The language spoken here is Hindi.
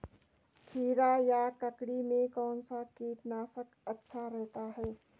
खीरा या ककड़ी में कौन सा कीटनाशक अच्छा रहता है?